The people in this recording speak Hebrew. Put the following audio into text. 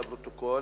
לפרוטוקול.